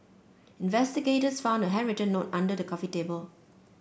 investigators found a handwritten note under the coffee table